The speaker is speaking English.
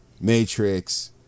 matrix